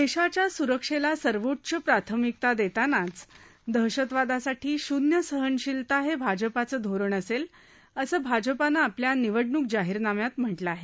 देशाच्या सुरक्षेला सर्वोच्च प्राथमिकता देतानाच दहशतवादासाठी शुन्य सहनशीलता हे भाजपाचं धोरण असेल असं भाजपानं आपल्या निवडणुक जाहिरनाम्यात म्हटलं आहे